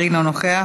אינו נוכח.